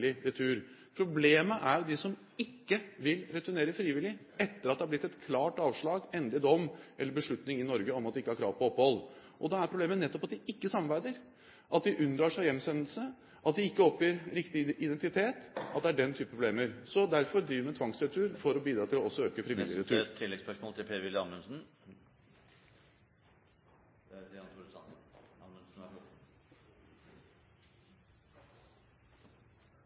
retur. Problemet er de som ikke vil returnere frivillig etter at det er blitt et klart avslag, en endelig dom eller beslutning i Norge om at de ikke har krav på opphold. Da er problemet nettopp at de ikke samarbeider, at de unndrar seg hjemsendelse, at de ikke oppgir riktig identitet – den type problemer. Derfor driver vi med tvangsretur for å bidra til også å øke frivillig retur. Per-Willy Amundsen – til